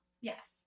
Yes